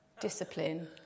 discipline